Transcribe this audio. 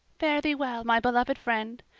fare thee well, my beloved friend.